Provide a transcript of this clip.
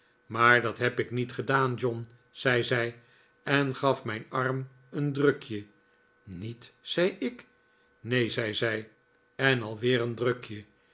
maar dat heb ik niet gedaan john zei zij en gaf mijn arm een drukje niet zei ik neen zei zij en al weer een drukje